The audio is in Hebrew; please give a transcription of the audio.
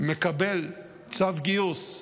שמקבל צו גיוס,